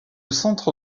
centre